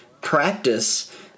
practice